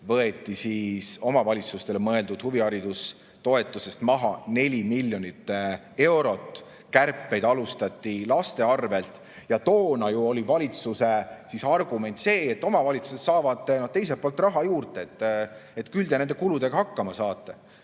võeti omavalitsustele mõeldud huviharidustoetusest maha 4 miljonit eurot – kärpeid alustati laste arvel. Toona oli valitsuse argument see, et omavalitsused saavad teiselt poolt raha juurde, küll nad nende kuludega hakkama saavad.